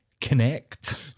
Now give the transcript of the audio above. connect